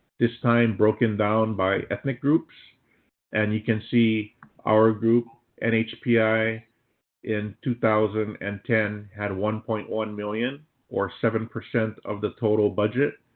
this time broken down by ethnic groups and you can see our group and nhpi in two thousand and ten had one point one million or seven percent of the total budget.